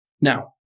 Now